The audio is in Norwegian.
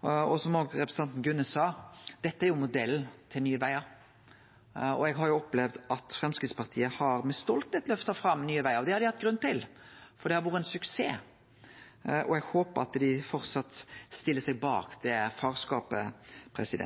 og som representanten Gunnes sa, er jo dette modellen til Nye Vegar. Eg har opplevd at Framstegspartiet med stoltheit har løfta fram Nye Vegar, og det har dei hatt grunn til, for det har vore ein suksess, og eg håper at dei framleis stiller seg bak det